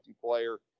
player